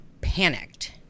panicked